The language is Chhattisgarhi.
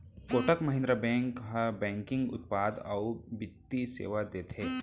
कोटक महिंद्रा बेंक ह बैंकिंग उत्पाद अउ बित्तीय सेवा देथे